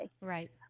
Right